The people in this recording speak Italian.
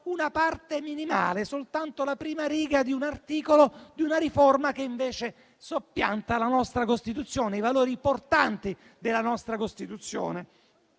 una parte minimale, soltanto la prima riga di un articolo di una riforma che invece soppianta la nostra Costituzione e i suoi valori portanti. A questo punto